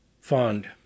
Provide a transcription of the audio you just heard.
fund